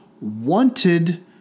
wanted